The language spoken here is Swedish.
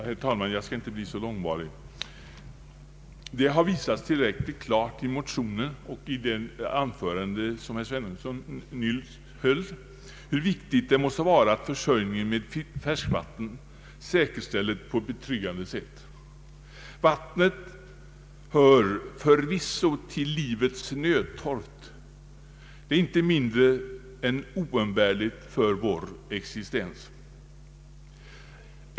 Herr talman! Jag skall inte bli så långvarig i talarstolen. Det har visats tillräckligt klart i motionerna och i det anförande som herr Svenungsson nyss höll, hur viktigt det måste vara att försörjningen med färskvatten säkerställes. Vattnet hör förvisso till livets nödtorft. Det är inte mindre än oumbärligt för vår existens.